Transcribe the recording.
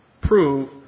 prove